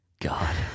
god